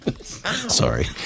Sorry